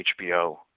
HBO